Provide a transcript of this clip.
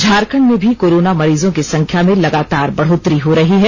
झारखंड में भी कोरोना मरीजों की संख्या में लगातार बढ़ोतरी हो रही है